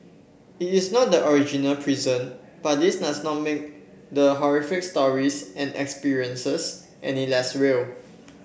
it is not the original prison but this does not make the horrific stories and experiences any less real